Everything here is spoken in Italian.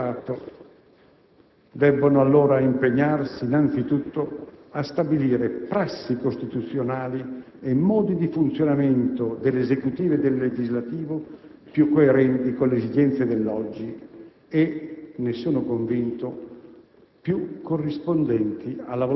Tutte le istituzioni dello Stato debbono allora impegnarsi innanzitutto a stabilire prassi costituzionali e modi di funzionamento dell'esecutivo e del legislativo più coerenti con le esigenze dell'oggi e - ne sono convinto